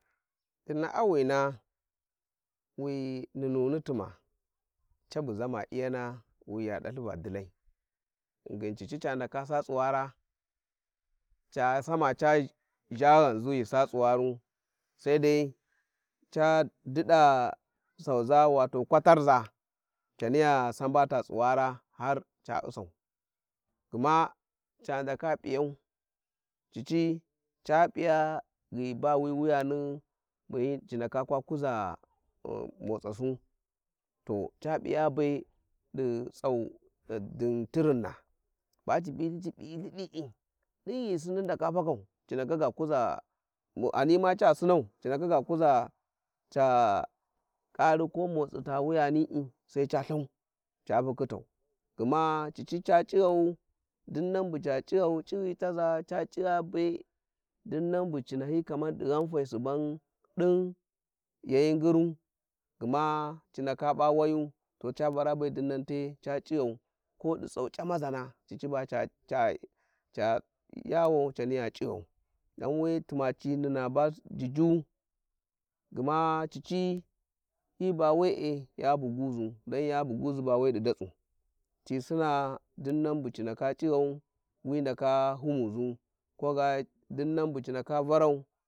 ﻿Di na'awina wi numuni tuma cabu zama I-yana wiya da uthi va dilai ghingin cici ca ndaka saa tsuwara ca sama ca zha ghanzu ghi sa tsuwaru, sai dai ca dida sauza wato kwatarza caniya salaba a ta tsuwara har a u`sau, gma ca ndaka piyau cici ca piya ghi ba wi wuyani bu hi wuyani ci ndaka kwa kuza motansu to ca p'inja be di'tsau din tirinna, ba ci bitthi ci p'ryilth d'ìi, dìm ghì smin ndaka fakau ci ndaka gа kuza mo-ghani ghani ma ca sinau ci ndaka ga kuza ca kari ko motsi ta wuyani'i sai ca Ithay ca fukhitan gma cici ca cighau, dinnan buca cighare cighitaza ca cigha be dinnan buci na hyi kaman dighanfai suban din ya hì ngiru gma ci ndaka p`a wayu to ca vara be dinnan te ca cighau ko di tsau c'amazana cici baca-ca-ca yawai caniya cighau, ghan we tuma ci nuna'a basjuju gma cici hi ba we`e ya buguzu, don ya bugugu ba we di datsu ci sina dinnan bu ci ndaka c'ighau wi ndaka humuzu ko ga dinnan bu ci ndaka varau.